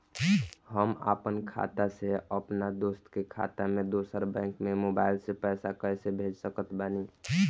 हम आपन खाता से अपना दोस्त के खाता मे दोसर बैंक मे मोबाइल से पैसा कैसे भेज सकत बानी?